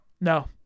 no